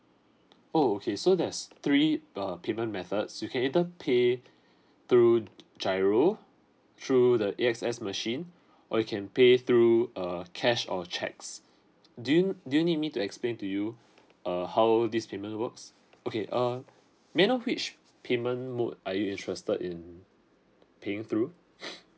oh okay so there's three uh payment methods you can either pay through giro through the A S X machine or you can pay through uh cash or cheques do you do you need me to explain to you uh how this payment works okay uh may I know which payment mode are you interested in paying through